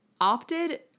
opted